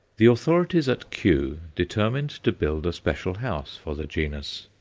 the authorities at kew determined to build a special house for the genus,